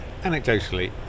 Anecdotally